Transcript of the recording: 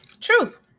Truth